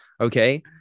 Okay